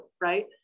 right